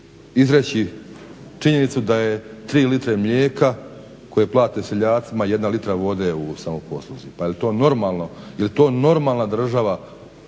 izreći činjenicu da je 3 litre mlijeka koje plate seljaci 1 litra vode u samoposluzi. Pa jel to normalno? Jel to normalna država